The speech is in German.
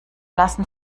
lassen